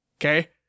Okay